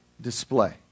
display